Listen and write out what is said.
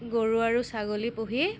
গৰু আৰু ছাগলী পুহি